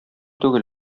түгел